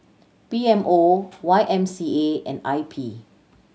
P M O Y M C A and I P